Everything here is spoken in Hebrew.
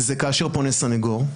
כאשר פונה סנגור,